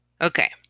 Okay